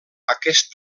aquest